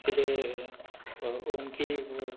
इसलिए उनकी